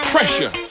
Pressure